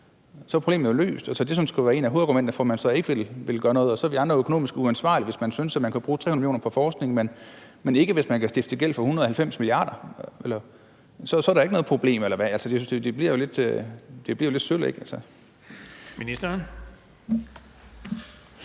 Så er problemet jo løst. Tænk, at det skulle være et af hovedargumenterne for, at man ikke vil gøre noget – og så er vi andre økonomisk uansvarlige, hvis vi synes, at man kan bruge 300 mio. kr. på forskning, men hvis man stifter en gæld på 190 mia. kr., så er der ikke noget problem, eller hvad? Det bliver jo lidt sølle, ikke? Kl.